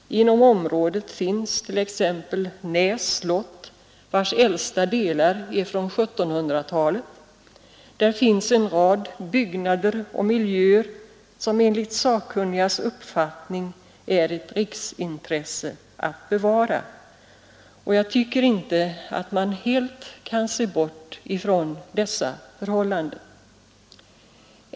Inom området finns t.ex. Nääs slott, vars äldsta delar är från 1700-talet, där finns en rad byggnader och miljöer som det enligt sakkunnigas uppfattning är ett riksintresse att bevara. Man kan inte helt se bort ifrån dessa förhållanden.